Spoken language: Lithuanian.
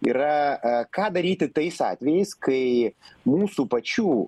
yra ką daryti tais atvejais kai mūsų pačių